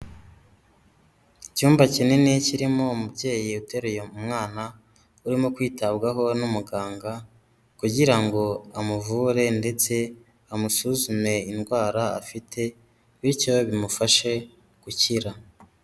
Icyumba kinini kirimo umubyeyi uteruye umwana urimo kwitabwaho n'umuganga kugira ngo amuvure ndetse amusuzume indwara afite bityo bimufashe gukira.